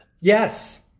Yes